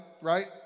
right